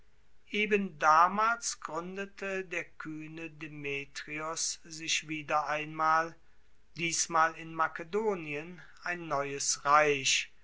eben damals gruendete der kuehne demetrios sich wieder einmal diesmal in makedonien ein neues reich